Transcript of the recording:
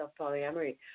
polyamory